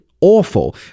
awful